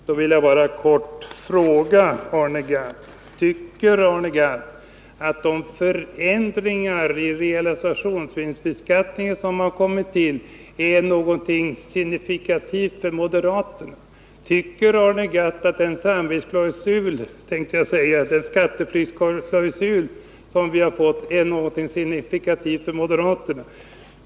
Då vill jag bara kort fråga Arne Gadd: Tycker Arne Gadd att de förändringar i realisationsvinstbe skattningen som har kommit till är någonting signifikativt för moderater? Tycker Arne Gadd att den skatteflyktsklausul som vi har fått är någonting signifikativt för moderaterna?